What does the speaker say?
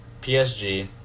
PSG